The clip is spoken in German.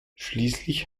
schließlich